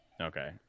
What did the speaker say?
Okay